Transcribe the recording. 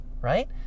Right